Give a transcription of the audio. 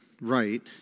right